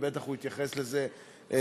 ובטח הוא יתייחס לזה בקרוב,